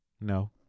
No